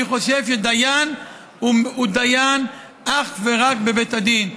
אני חושב שדיין הוא דיין אך ורק בבית הדין,